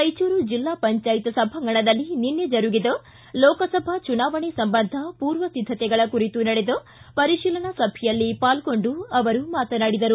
ರಾಯಚೂರು ಜಿಲ್ಲಾ ಪಂಚಾಯತ್ ಸಭಾಂಗಣದಲ್ಲಿ ನಿನ್ನೆ ಜರುಗಿದ ಲೋಕಸಭಾ ಚುನಾವಣೆ ಸಂಬಂಧ ಪೂರ್ವ ಸಿದ್ಧತೆಗಳ ಕುರಿತು ನಡೆದ ಪರಿಶೀಲನಾ ಸಭೆಯಲ್ಲಿ ಪಾಲ್ಗೊಂಡು ಅವರು ಮಾತನಾಡಿದರು